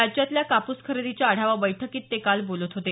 राज्यातल्या कापूस खरेदीच्या आढावा बैठकीत ते काल बोलत होते